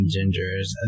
Gingers